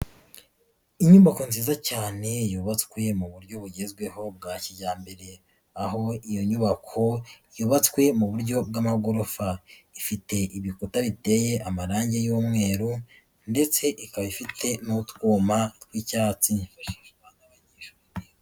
Inyubako nziza cyane yubatswe mu buryo bugezweho bwa kijyambere, aho iyo nyubako yubatswe mu buryo bw'amagorofa, ifite ibikuta biteye amarange y'umweru ndetse ikaba ifite n'utwuma tw'icyatsi.